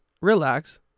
relax